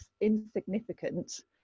insignificant